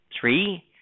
Three